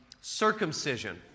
circumcision